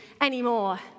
anymore